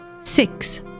six